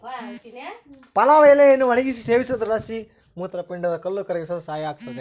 ಪಲಾವ್ ಎಲೆಯನ್ನು ಒಣಗಿಸಿ ಸೇವಿಸೋದ್ರಲಾಸಿ ಮೂತ್ರಪಿಂಡದ ಕಲ್ಲು ಕರಗಿಸಲು ಸಹಾಯ ಆಗುತ್ತದೆ